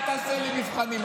אל תעשה לי מבחנים.